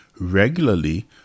regularly